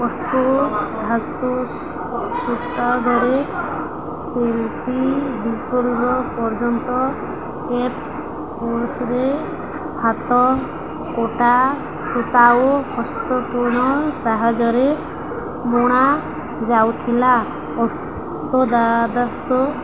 ଅଷ୍ଟୋଧାଶୁ ସୂତାଘରେ ସେଲଫି ପର୍ଯ୍ୟନ୍ତ କେପ୍ସ ହାତ କଟା ସୂତା ଓ ହସ୍ତପୂର୍ଣ୍ଣ ସାହାଯ୍ୟରେ ବୁଣାାଯାଉଥିଲା ଅଷ୍ଟଦ୍ୱାଦଶ